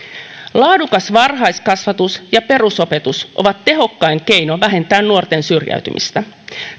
laadukas varhaiskasvatus ja perusopetus ovat tehokkain keino vähentää nuorten syrjäytymistä